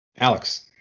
Alex